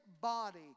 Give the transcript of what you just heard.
body